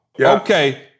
okay